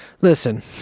Listen